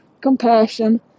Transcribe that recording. compassion